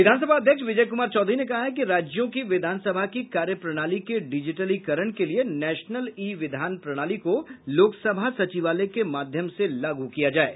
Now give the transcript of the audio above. विधान सभा अध्यक्ष विजय क्मार चौधरी ने कहा है कि राज्यों की विधानसभा की कार्य प्रणाली के डिजिटलीकरण के लिये नेशनल ई विधान प्रणाली को लोकसभा सचिवालय के माध्यम से लागू किया जाये